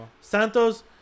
Santos